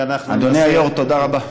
ואנחנו נעשה, אדוני היו"ר, תודה רבה.